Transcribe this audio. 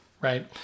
right